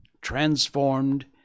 transformed